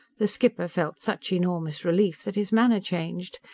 the skipper felt such enormous relief that his manner changed.